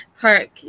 Park